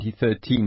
2013